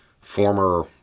former